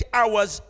hours